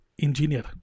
engineer